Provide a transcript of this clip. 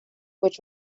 which